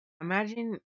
imagine